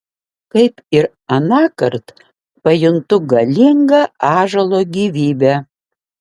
kaip ir anąkart pajuntu galingą ąžuolo gyvybę